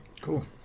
Cool